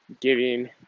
giving